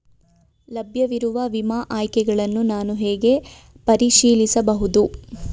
ಲಭ್ಯವಿರುವ ವಿಮಾ ಆಯ್ಕೆಗಳನ್ನು ನಾನು ಹೇಗೆ ಪರಿಶೀಲಿಸಬಹುದು?